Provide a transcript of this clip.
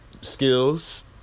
skills